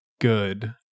good